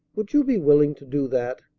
would you be willing to do that?